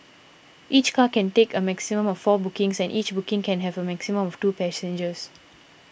each car can take a maximum of four bookings and each booking can have a maximum of two passengers